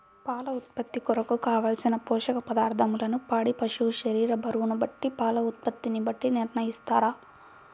పాల ఉత్పత్తి కొరకు, కావలసిన పోషక పదార్ధములను పాడి పశువు శరీర బరువును బట్టి పాల ఉత్పత్తిని బట్టి నిర్ణయిస్తారా?